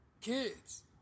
kids